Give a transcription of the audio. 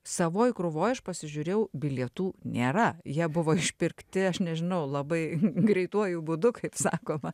savoj krūvoj aš pasižiūrėjau bilietų nėra jie buvo išpirkti aš nežinau labai greituoju būdu kaip sakoma